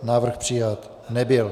Návrh přijat nebyl.